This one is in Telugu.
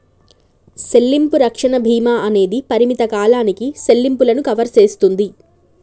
సెల్లింపు రక్షణ భీమా అనేది పరిమిత కాలానికి సెల్లింపులను కవర్ సేస్తుంది